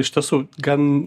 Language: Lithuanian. iš tiesų gan